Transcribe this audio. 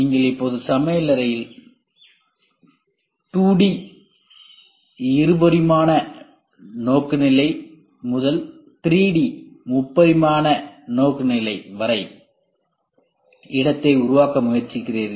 நீங்கள் இப்போது சமையலறையில் 2D நோக்குநிலை முதல் 3D நோக்குநிலை வரை இடத்தை உருவாக்க முயற்சிக்கிறீர்கள்